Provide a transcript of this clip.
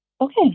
Okay